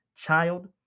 child